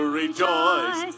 rejoice